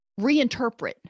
reinterpret